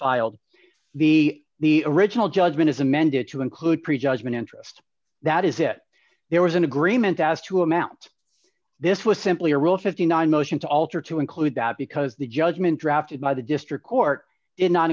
filed b the original judgment is amended to include prejudgment interest that is it there was an agreement as to amount this was simply a rule fifty nine dollars motion to alter to include that because the judgment drafted by the district court in not